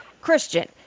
Christian